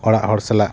ᱚᱲᱟᱜ ᱦᱚᱲ ᱥᱟᱞᱟᱜ